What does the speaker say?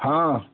हाँ